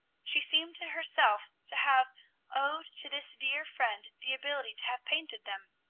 she seemed to herself to have owed to this dear friend the ability to have painted them.